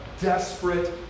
desperate